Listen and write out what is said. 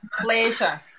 Pleasure